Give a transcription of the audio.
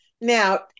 Now